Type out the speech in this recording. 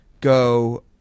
go